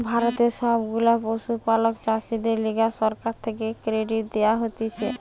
ভারতের সব গুলা পশুপালক চাষীদের লিগে সরকার থেকে ক্রেডিট দেওয়া হতিছে